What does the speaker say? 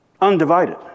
Undivided